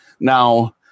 Now